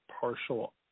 partial